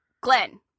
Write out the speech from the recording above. Glenn